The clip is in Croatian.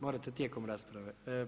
Morate tijekom rasprave.